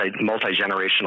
multi-generational